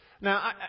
Now